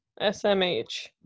SMH